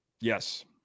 Yes